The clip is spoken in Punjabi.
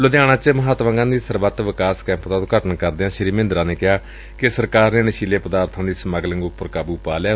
ਲੁਧਿਆਣਾ ਚ ਮਹਾਤਮਾ ਗਾਂਧੀ ਸਰਬੱਤ ਵਿਕਾਸ ਕੈਂਪ ਦਾ ਉਦਘਾਟਨ ਕਰਦਿਆਂ ਸ੍ਰੀ ਮਹਿੰਦਰਾ ਨੇ ਕਿਹਾ ਕਿ ਸਰਕਾਰ ਨੇ ਨਸ਼ੀਲੇ ਪਦਾਰਬਾਂ ਦੀ ਸਮਗਲਿੰਗ ਉਪਰ ਕਾਬੁ ਪਾ ਲਿਐ